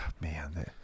Man